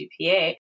GPA